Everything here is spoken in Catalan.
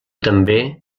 també